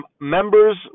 members